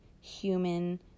human